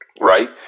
right